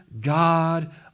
God